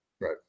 right